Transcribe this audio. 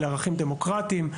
לחיים דמוקרטיים,